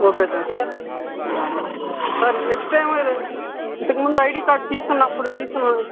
sir next time ఇంతకు ముందు ID card తీసుకున్నప్పుడు తీసుకున్నాను